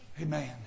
amen